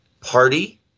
party